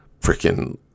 freaking